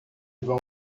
vão